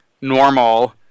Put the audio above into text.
normal